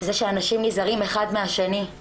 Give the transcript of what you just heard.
זה שאנשים נזהרים אחד מהשני,